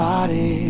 Body